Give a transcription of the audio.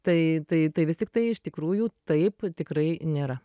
tai tai tai vis tiktai iš tikrųjų taip tikrai nėra